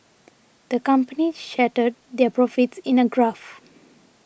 the company charted their profits in a graph